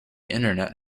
internet